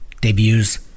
debuts